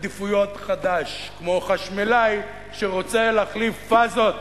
עדיפויות חדש, כמו חשמלאי שרוצה להחליף פאזות.